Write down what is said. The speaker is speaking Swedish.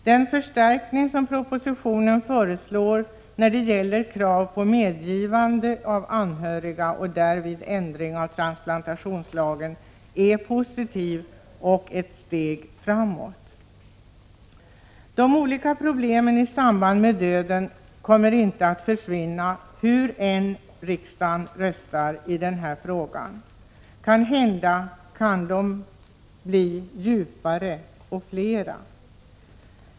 Den skärpning som föreslås i propositionen när det gäller krav på medgivande av anhöriga, och därvid ändringen av transplantationslagen, är positiv och innebär ett steg framåt. De olika problemen i samband med döden kommer inte att försvinna hur än riksdagen röstar i denna fråga. Kanhända blir de djupare och fler.